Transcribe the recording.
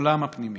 לקולם הפנימי,